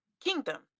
kingdom